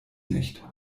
nicht